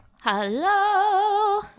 Hello